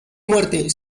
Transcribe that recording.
muerte